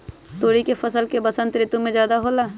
तोरी के फसल का बसंत ऋतु में ज्यादा होला?